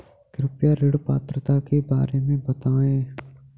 कृपया ऋण पात्रता के बारे में बताएँ?